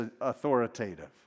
authoritative